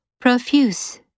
Profuse